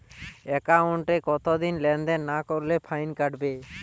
একাউন্টে কতদিন লেনদেন না করলে ফাইন কাটবে?